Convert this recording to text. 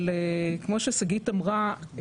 אבל כמו ששגית אמרה,